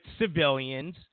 civilians